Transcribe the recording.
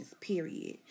period